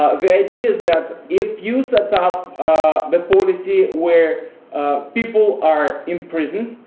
ah the idea is that if you set up the policy where people are imprisoned,